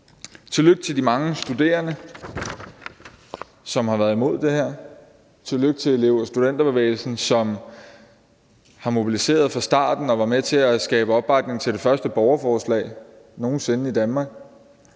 Tillykke til de mange studerende, som har været imod det her, tillykke til elev- og studenterbevægelsen, som har mobiliseret sig fra starten og var med til at skabe opbakning til det første borgerforslag nogen sinde i Danmark;